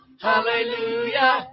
Hallelujah